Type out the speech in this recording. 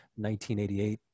1988